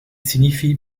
signifie